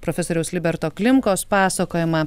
profesoriaus liberto klimkos pasakojimą